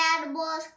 animals